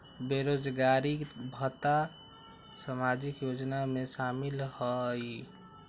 बेरोजगारी भत्ता सामाजिक योजना में शामिल ह ई?